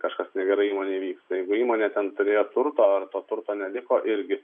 kažkas negerai įmonėje vyksta jeigu įmonė ten turėjo turto ir to turto neliko irgi